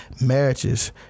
marriages